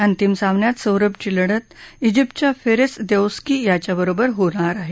अंतिम सामन्यात सौरभची लढत जिप्तच्या फेरेस देस्सोउकी याच्यासोबत सोबत होणार आहे